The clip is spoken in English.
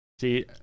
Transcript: See